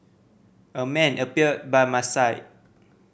a man appeared by my side